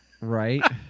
Right